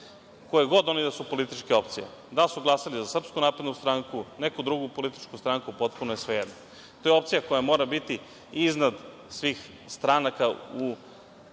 koje god oni da su političke opcije, da li su glasali za SNS, neku drugu političku stranku, potpuno je svejedno. To je opcija koja mora biti iznad svih stranaka u